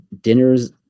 dinners